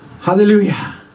Hallelujah